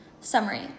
Summary